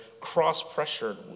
cross-pressured